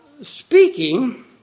speaking